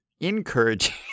encouraging